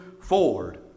Ford